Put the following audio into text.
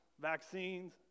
vaccines